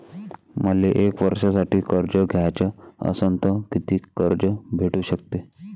मले एक वर्षासाठी कर्ज घ्याचं असनं त कितीक कर्ज भेटू शकते?